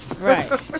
Right